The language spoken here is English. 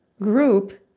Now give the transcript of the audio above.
group